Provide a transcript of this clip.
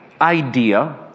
idea